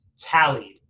tallied